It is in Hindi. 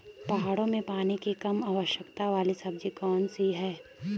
पहाड़ों में पानी की कम आवश्यकता वाली सब्जी कौन कौन सी हैं?